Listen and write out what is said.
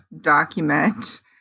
document